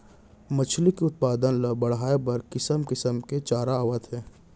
मछरी के उत्पादन ल बड़हाए बर किसम किसम के चारा आवत हे